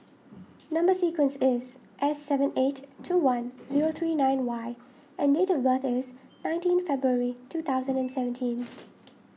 Number Sequence is S seven eight two one zero three nine Y and date of birth is nineteen February two thousand and seventeenth